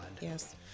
Yes